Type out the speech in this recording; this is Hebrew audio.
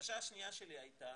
הבקשה השנייה שלי הייתה,